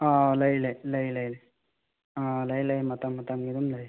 ꯑꯥ ꯂꯩ ꯂꯩ ꯂꯩ ꯂꯩ ꯂꯩ ꯑꯥ ꯂꯩ ꯂꯩ ꯃꯇꯝ ꯃꯇꯝꯒꯤ ꯑꯗꯨꯝ ꯂꯩ